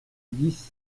dix